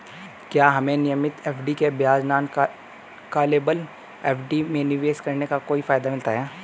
क्या हमें नियमित एफ.डी के बजाय नॉन कॉलेबल एफ.डी में निवेश करने का कोई फायदा मिलता है?